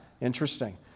Interesting